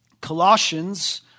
Colossians